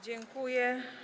Dziękuję.